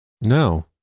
No